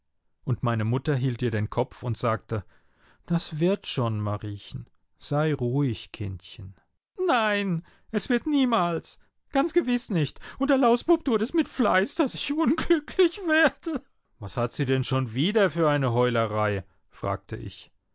und meine mutter hielt ihr den kopf und sagte das wird schon mariechen sei ruhig kindchen nein es wird niemals ganz gewiß nicht der lausbub tut es mit fleiß daß ich unglücklich werde was hat sie denn schon wieder für eine heulerei fragte ich